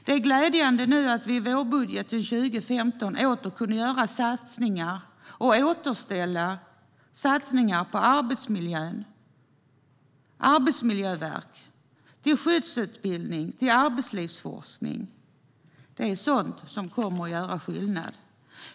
Det är glädjande att vi i vårbudgeten 2015 åter kunde göra satsningar och återställa satsningar på arbetsmiljön, Arbetsmiljöverket, skyddsutbildning och arbetslivsforskning. Det är sådant som kommer att göra skillnad.